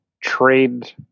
trade